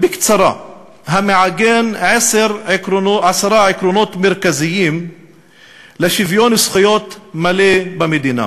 המעגן עשרה עקרונות מרכזיים לשוויון זכויות מלא במדינה: